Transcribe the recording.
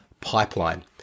pipeline